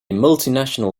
multinational